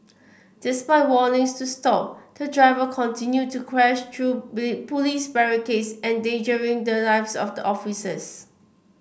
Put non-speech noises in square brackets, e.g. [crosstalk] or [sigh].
despite warnings to stop the driver continue to crash through [unintelligible] police barricades endangering the lives of the officers